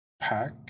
Pack